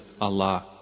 Allah